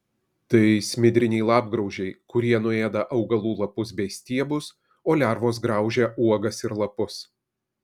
tai smidriniai lapgraužiai kurie nuėda augalų lapus bei stiebus o lervos graužia uogas ir lapus